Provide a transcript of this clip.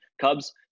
Cubs